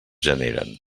generen